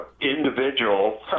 individual